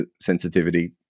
sensitivity